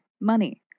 money